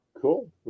cool